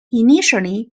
initially